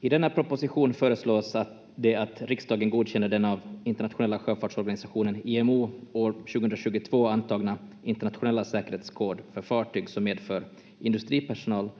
I denna proposition föreslås det att riksdagen godkänner den av Internationella sjöfartsorganisationen IMO år 2022 antagna internationella säkerhetskoden för fartyg som medför industripersonal